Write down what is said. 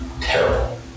terrible